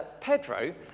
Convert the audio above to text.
Pedro